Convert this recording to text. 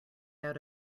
out